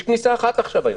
יש כניסה אחת היום.